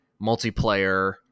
multiplayer